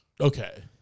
Okay